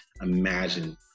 imagine